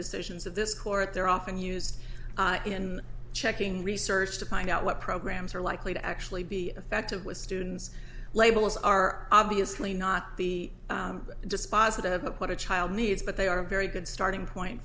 decisions of this court they're often used in checking research to find out what programs are likely to actually be effective with students labels are obviously not the dispositive of what a child needs but they are a very good starting point